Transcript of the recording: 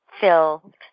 filled